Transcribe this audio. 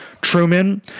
Truman